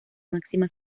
máxima